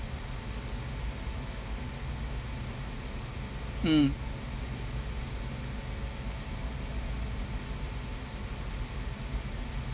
mm